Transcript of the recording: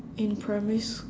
in primary sc~